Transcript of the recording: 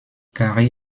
carrie